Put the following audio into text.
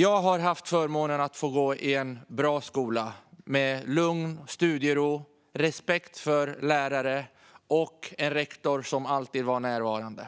Jag har haft förmånen att gå i en bra skola med lugn, studiero och respekt för lärare samt en rektor som alltid var närvarande.